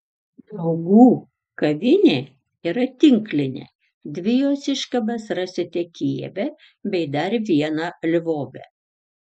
draugų kavinė yra tinklinė dvi jos iškabas rasite kijeve bei dar vieną lvove